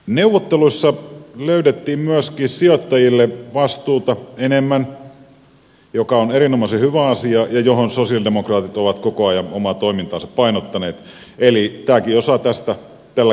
neuvotteluissa löydettiin myöskin sijoittajille vastuuta enemmän mikä on erinomaisen hyvä asia ja johon sosialidemokraatit ovat koko ajan omaa toimintaansa painottaneet eli tämäkin osa tästä tällä kertaa toteutuu